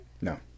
No